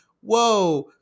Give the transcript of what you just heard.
Whoa